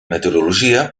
meteorologia